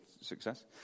success